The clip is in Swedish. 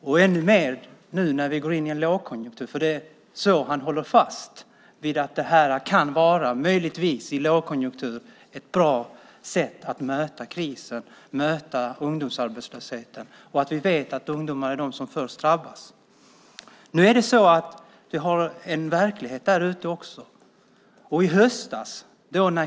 Och ännu mer när vi nu går in i en lågkonjunktur; det är så han håller fast vid att det här kan möjligtvis i lågkonjunktur vara ett bra sätt att möta krisen och ungdomsarbetslösheten. Vi vet att ungdomar är de som först drabbas. Vi har en verklighet där ute också.